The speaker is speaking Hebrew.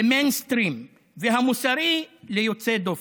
למיינסטרים, והמוסרי, ליוצא דופן.